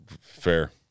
Fair